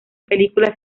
películas